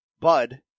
Bud